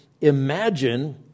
imagine